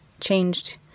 changed